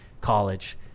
college